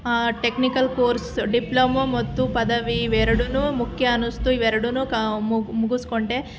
technical course diploma ಮತ್ತು ಪದವಿ ಇವೆರಡುನೂ ಮುಖ್ಯ ಅನ್ನಿಸ್ತು ಇವೆರಡುನೂ ಕ ಮುಗ್ ಮುಗಿಸ್ಕೊಂಡೆ